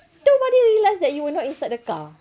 don't your mother realise that you were not inside the car